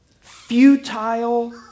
Futile